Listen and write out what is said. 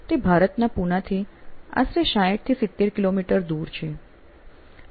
તે ભારતના પુનાથી આશરે 60 70 કિલોમીટર દૂર છે